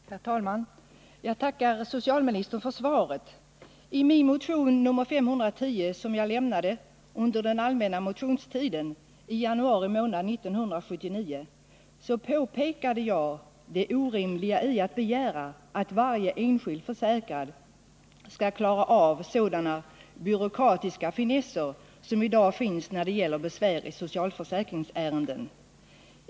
Herr talman! Jag tackar socialministern för svaret. I min motion nr 510, som jag lämnade under den allmänna motionstiden i januari månad 1979, påpekade jag det orimliga i att begära att varje enskild försäkrad skall klara av sådana byråkratiska finesser som i dag finns när det gäller besvär i socialförsäkringsärenden.